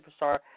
superstar